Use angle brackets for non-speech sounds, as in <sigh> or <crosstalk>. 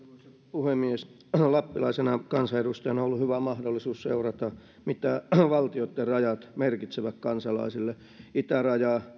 puhemies lappilaisena kansanedustajana on ollut hyvä mahdollisuus seurata mitä valtioitten rajat merkitsevät kansalaisille itäraja <unintelligible>